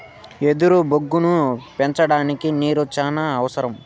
ఎదురు బొంగులను పెంచడానికి నీరు చానా అవసరం